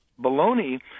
baloney